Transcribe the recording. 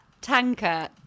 tanker